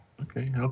Okay